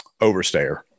overstayer